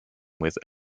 with